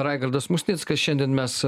raigardas musnickas šiandien mes